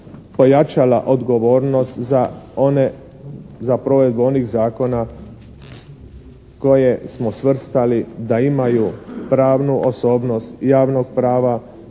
pojačala odgovornost za one, za provedbu onih zakona koje smo svrstali da imaju pravnu osobnost javnog prava